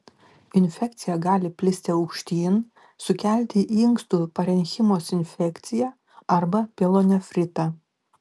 infekcija gali plisti aukštyn sukelti inkstų parenchimos infekciją arba pielonefritą